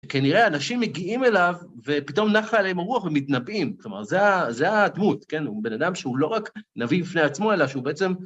כנראה אנשים מגיעים אליו, ופתאום נחה עליהם הרוח ומתנבאים. כלומר, זה ה... זה הדמות, כן? הוא בן אדם שהוא לא רק נביא בפני עצמו, אלא שהוא בעצם...